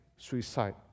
suicide